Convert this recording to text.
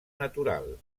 natural